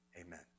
amen